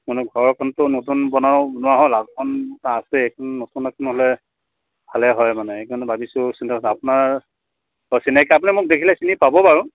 মানে ঘৰখনতো নতুন বন বনোৱা হ'ল লাখন আছে এইখন নতুন হ'লে ভালে হয় মানে এইকাৰণে ভাবিছোঁ চিন্তা আপোনাৰ অ' চিনাকি আপুনি মোক দেখিলে চিনি পাব বাৰু